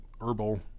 herbal